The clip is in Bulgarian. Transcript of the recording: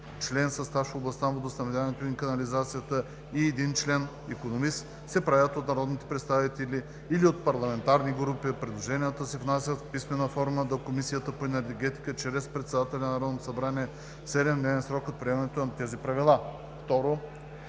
член със стаж в областта на водоснабдяването и канализацията и един член – икономист, се правят от народни представители или от парламентарни групи. Предложенията се внасят в писмена форма до Комисията по енергетика чрез председателя на Народното събрание в 7-дневен срок от приемането на тези правила.